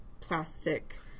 plastic